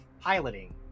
piloting